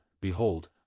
Behold